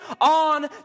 on